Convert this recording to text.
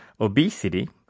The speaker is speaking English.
obesity